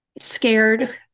scared